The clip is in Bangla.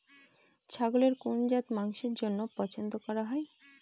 ছাগলের কোন জাত মাংসের জন্য পছন্দ করা হয়?